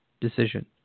decision